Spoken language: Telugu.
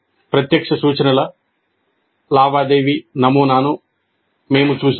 ప్రత్యక్ష సూచనల లావాదేవీ నమూనాను మేము చూశాము